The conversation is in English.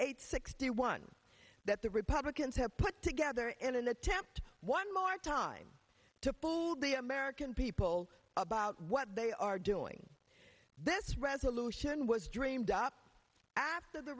eight sixty one that the republicans have put together in an attempt one more time to food the american people about what they are doing this resolution was dreamed up after the